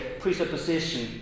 presupposition